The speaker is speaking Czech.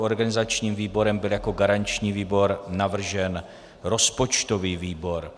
Organizačním výborem byl jako garanční výbor navržen rozpočtový výbor.